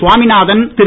Swaminathan Thiru